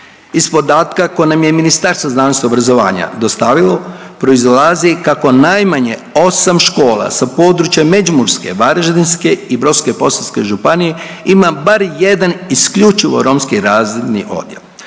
Iz podatka koji nam je Ministarstvo znanosti i obrazovanja dostavilo proizlazi kako najmanje osam škola sa područja Međimurske, Varaždinske i Brodsko-posavske županije ima bar jedan isključivo romski razredni odjel.